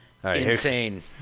insane